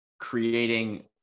creating